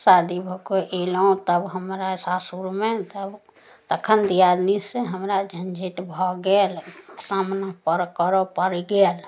शादी भऽ कऽ अएलहुँ तब हमरा सासुरमे तब तखन दिआदनीसे हमरा झँझटि भऽ गेल सामना पर करऽ पड़ि गेल